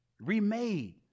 Remade